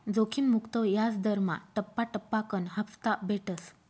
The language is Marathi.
जोखिम मुक्त याजदरमा टप्पा टप्पाकन हापता भेटस